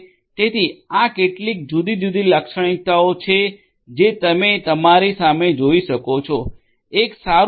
તેથી આ કેટલીક જુદી જુદી લાક્ષણિકતાઓ છે જે તમે તમારી સામે જોઈ શકો છો એક સારૂ એસ